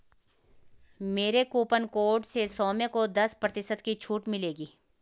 मेरे coupon code से सौम्य को दस प्रतिशत की छूट मिलेगी